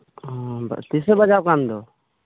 ᱦᱮᱸ ᱛᱤᱥᱮ ᱵᱟᱡᱟᱣ ᱠᱟᱱ ᱫᱚ